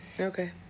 okay